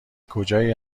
کجایی